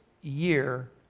year